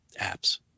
apps